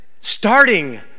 starting